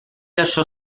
lasciò